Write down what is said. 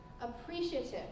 appreciative